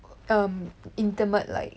err intimate like